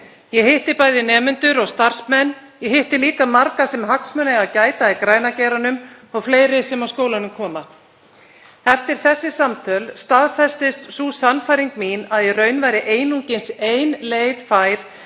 Ég hitti bæði nemendur og starfsmenn. Ég hitti líka marga sem hagsmuna eiga að gæta í græna geiranum og fleiri sem að skólanum koma. Eftir þessi samtöl staðfestist sú sannfæring mín að í raun væri einungis ein leið fær